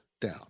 down